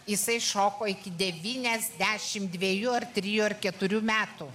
jisai šoko iki devyniasdešimt dvejų ar trijų ar keturių metų